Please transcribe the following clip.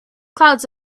clouds